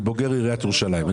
אני בוגר עיריית ירושלים.